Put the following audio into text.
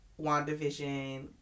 WandaVision